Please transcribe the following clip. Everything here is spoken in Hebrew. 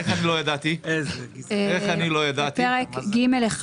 בפרק ג'1,